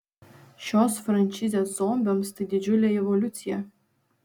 šios frančizės zombiams tai didžiulė evoliucija